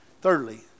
thirdly